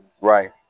right